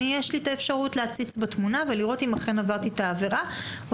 יש לי אפשרות להציץ בתמונה ולראות אם אכן עברתי את העבירה או